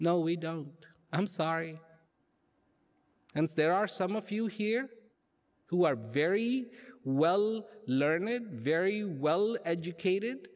no we don't i'm sorry and there are some of you here who are very well learned very well educated